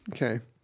okay